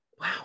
Wow